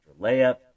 layup